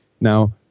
Now